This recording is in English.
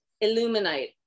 illuminate